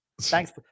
Thanks